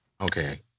Okay